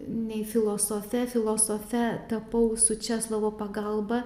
nei filosofe filosofe tapau su česlovo pagalba